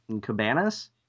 cabanas